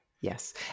Yes